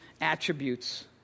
attributes